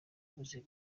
amazina